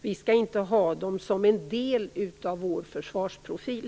Vi skall inte ha dem som en del av vår försvarsprofil.